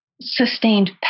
sustained